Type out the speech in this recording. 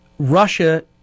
Russia